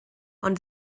ond